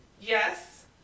Yes